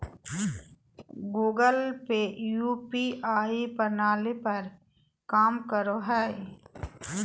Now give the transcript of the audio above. Google Pay UPI प्रणाली पर काम करो हय